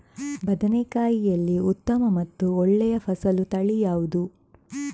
ಬದನೆಕಾಯಿಯಲ್ಲಿ ಉತ್ತಮ ಮತ್ತು ಒಳ್ಳೆಯ ಫಸಲು ತಳಿ ಯಾವ್ದು?